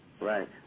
Right